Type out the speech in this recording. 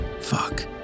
Fuck